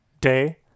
Day